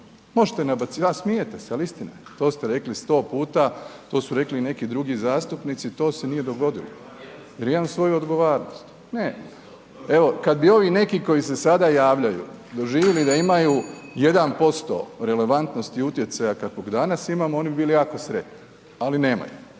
možete nabacivati, a smijete se ali istina je, to ste rekli 100 puta, to su rekli i neki drugi zastupnici, to se nije dogodilo jer imam svoju .../Govornik se ne razumije./... nemam. Evo kad bi ovi neki koji se sada javljaju, doživjeli da imaju 1% relevantnosti utjecaja kakvog danas imamo, oni bi bili jako sretni ali nemaju,